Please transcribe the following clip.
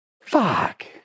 Fuck